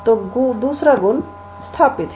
तो दूसरा गुण स्थापित है